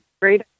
Great